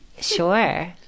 Sure